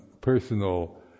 personal